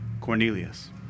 Cornelius